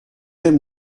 him